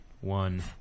one